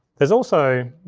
there's also,